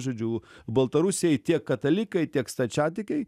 žodžiu baltarusiai tiek katalikai tiek stačiatikiai